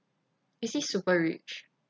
is he super rich